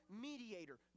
mediator